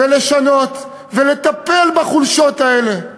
ולשנות, ולטפל בחולשות האלה,